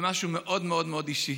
למשהו מאוד מאוד מאוד אישי.